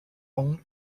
owned